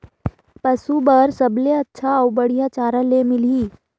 पशु बार सबले अच्छा अउ बढ़िया चारा ले मिलही?